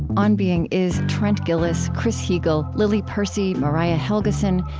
on being is trent gilliss, chris heagle, lily percy, mariah helgeson,